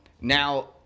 Now